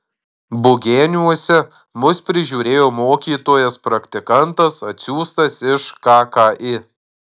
bugeniuose mus prižiūrėjo mokytojas praktikantas atsiųstas iš kki